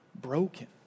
broken